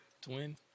Twin